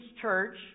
church